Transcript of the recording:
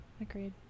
Agreed